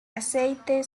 aceite